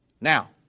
Now